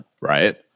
right